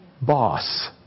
Boss